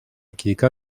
kilka